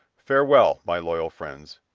farewell, my loyal friends.